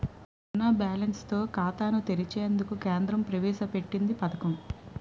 సున్నా బ్యాలెన్స్ తో ఖాతాను తెరిచేందుకు కేంద్రం ప్రవేశ పెట్టింది పథకం